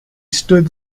stood